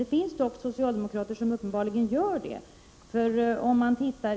Det finns dock socialdemokrater som uppenbarligen gör det.